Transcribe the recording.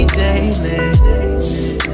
daily